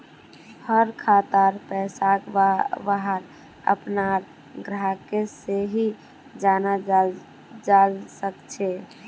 हर खातार पैसाक वहार अपनार ग्राहक से ही जाना जाल सकछे